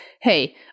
hey